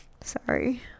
sorry